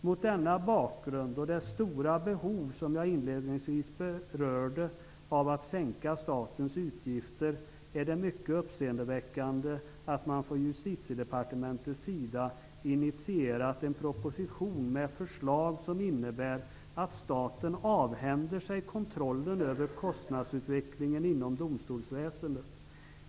Mot denna bakgrund och mot bakgrund av det stora behov av att sänka statens utgifter som jag inledningsvis berörde är det mycket uppseendeväckande att man från Justitiedepartementets sida initierat en proposition med förslag som innebär att staten avhänder sig kontrollen över kostnadsutvecklingen inom domstolsväsendet.